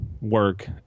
work